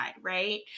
Right